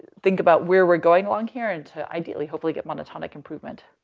think about where we're going along here and so ideally hopefully get monotonic improvement.